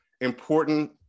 important